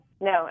no